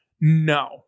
No